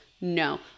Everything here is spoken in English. No